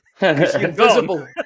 Invisible